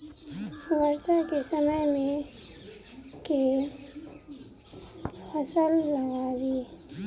वर्षा केँ समय मे केँ फसल लगाबी?